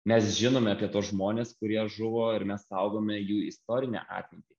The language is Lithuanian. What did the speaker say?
mes žinome apie tuos žmones kurie žuvo ir mes saugome jų istorinę atmintį